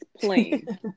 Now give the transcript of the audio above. plain